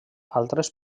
altres